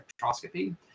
spectroscopy